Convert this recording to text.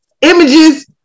images